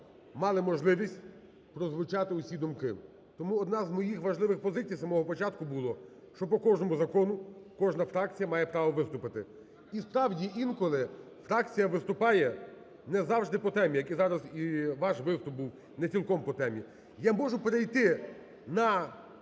мали можливість прозвучати усі думки. Тому одна з моїх важливих позицій з самого початку було, що по кожному закону кожна фракція має право виступити. І, справді, інколи фракція виступає не завжди по темі, як і зараз і ваш виступ був, не цілком по темі. Я можу перейти на